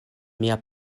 mia